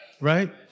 Right